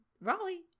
Raleigh